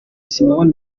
simon